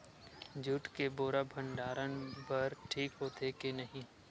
Jute के बोरा भंडारण बर ठीक होथे के नहीं?